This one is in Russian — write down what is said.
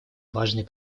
важной